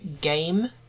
game